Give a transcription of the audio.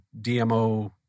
DMO